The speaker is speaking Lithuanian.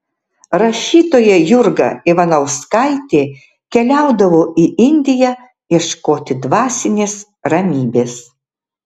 rašytoja jurga ivanauskaitė keliaudavo į indiją ieškoti dvasinės ramybės